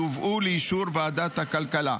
יובאו לאישור ועדת הכלכלה.